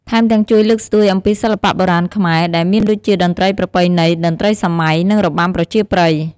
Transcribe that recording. ថែមទាំងជួយលើកស្ទួយអំពីសិល្បៈបុរាណខ្មែរ ដែលមានដូចជាតន្ត្រីប្រពៃណី តន្រ្តីសម័យ និងរបាំប្រជាប្រិយ។